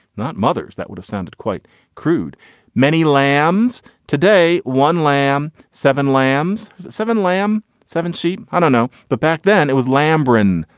not mothers that would have sounded quite crude many lambs today one lamb seven lambs seven lamb seven sheep. i don't know. but back then it was lamb bran.